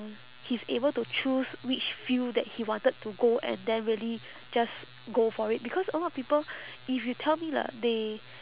he's able to choose which field that he wanted to go and then really just go for it because a lot of people if you tell me lah they